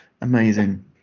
Amazing